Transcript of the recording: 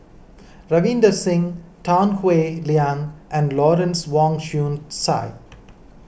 Ravinder Singh Tan Howe Liang and Lawrence Wong Shyun Tsai